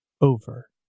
over